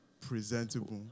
presentable